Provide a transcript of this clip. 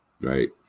right